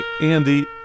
Andy